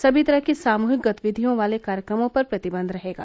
सभी तरह की सामूहिक गतिविधियों वाले कार्यक्रमों पर प्रतिबन्ध रहेगा